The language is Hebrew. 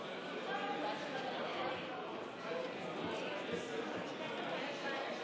ההסתייגות (113) של קבוצת סיעת הליכוד,